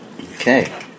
Okay